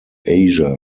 asia